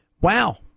Wow